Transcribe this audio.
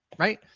right?